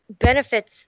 benefits